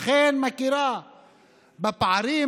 ואכן מכירה בפערים,